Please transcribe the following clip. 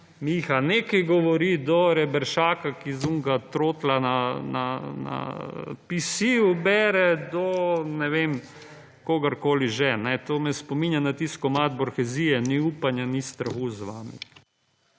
Miha nekaj govori, do Reberška, ki z onega trotla na PC-ju bere, do, ne vem, kogarkoli že, ne. To me spominja na tisti komad Borghesie Ni upanja, ni strahu z vami.